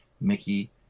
Mickey